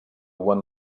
one